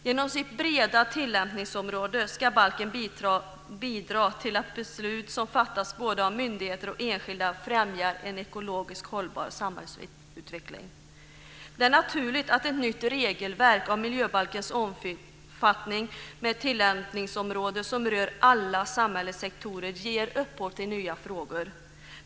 Genom sitt breda tillämpningsområde ska balken bidra till att beslut som fattas både av myndigheter och av enskilda främjar en ekologiskt hållbar samhällsutveckling. Det är naturligt att ett nytt regelverk av miljöbalkens omfattning med ett tillämpningsområde som rör alla samhällets sektorer ger upphov till nya frågor.